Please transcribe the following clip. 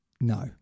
No